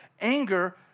Anger